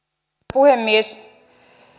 puhemies